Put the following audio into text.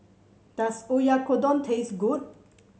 does Oyakodon taste good